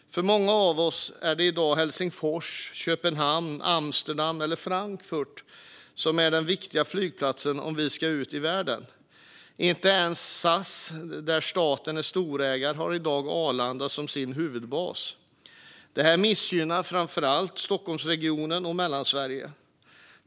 För många av oss är det i dag Helsingfors, Köpenhamn, Amsterdam eller Frankfurt som är den viktigaste flygplatsen om vi ska ut i världen. Inte ens SAS, där staten är storägare, har i dag Arlanda som sin huvudbas. Det här missgynnar framför allt Stockholmsregionen och Mellansverige.